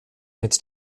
mit